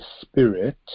Spirit